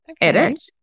edit